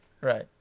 right